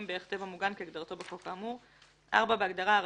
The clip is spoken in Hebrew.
בערך טבע מוגן כהגדרתו בחוק האמור,"; (4) בהגדרה "הרשות",